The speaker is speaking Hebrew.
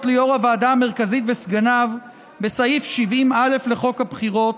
ליו"ר הוועדה המרכזית וסגניו בסעיף 70א לחוק הבחירות,